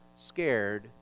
scared